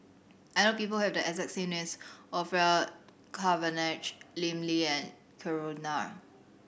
I know people who have the exact name as Orfeur Cavenagh Lim Lee Kram Nair